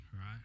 right